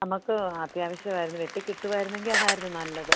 നമുക്ക് അത്യാവശ്യമായിരുന്നു വെട്ടി കിട്ടുവായിരുന്നെങ്കിൽ അതായിരുന്നു നല്ലത്